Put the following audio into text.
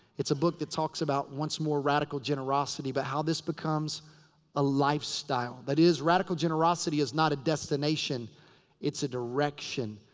it's a book that talks about once more radical generosity. but how this becomes a life style. that is, radical generosity is not a destination it's a direction.